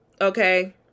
okay